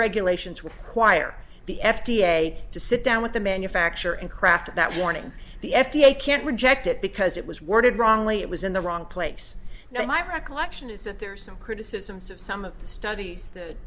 regulations require the f d a to sit down with the manufacturer and craft that warning the f d a can't reject it because it was worded wrongly it was in the wrong place now my recollection is that there are some criticisms of some of the studies